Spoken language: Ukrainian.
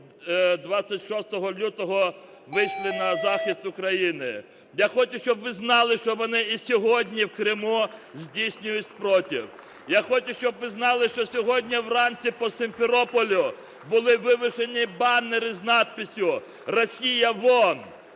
26 лютого вийшли на захист України. Я хочу, щоб ви знали, що вони і сьогодні в Криму здійснюють спротив. Я хочу, щоб ви знали, що сьогодні вранці по Сімферополю були вивішені банери з надписом: "Росія – вон,